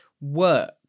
work